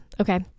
okay